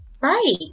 right